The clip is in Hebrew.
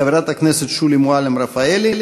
חברת הכנסת שולי מועלם-רפאלי.